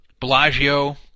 Bellagio